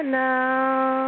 now